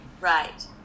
Right